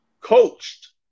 coached